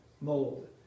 mold